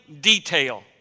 detail